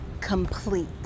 complete